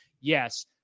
Yes